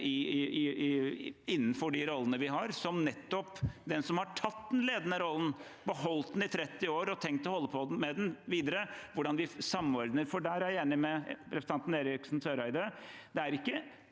innenfor de rollene vi har – som nettopp den som har tatt den ledende rollen, har beholdt den i 30 år og har tenkt å holde på med den videre – med tanke på hvordan vi samordner. Der er jeg enig med representanten Eriksen Søreide.